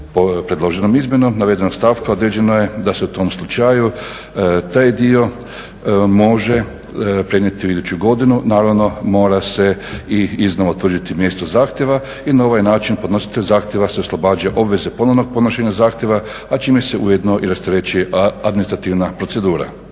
Predloženom izmjenom navedenog stavka određeno je da se u tom slučaju taj dio može prenijeti u iduću godinu, naravno mora se i iznova utvrditi mjesto zahtjeva i na ovaj način podnositelj zahtjeva se oslobađa obveze ponovnog podnošenja zahtjeva, a čime se ujedno i rasterećuje administrativna procedura.